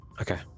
Okay